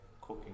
cooking